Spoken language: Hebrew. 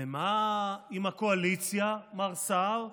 ומה עם הקואליציה, מר סער,